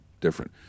different